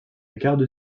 garde